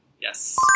Yes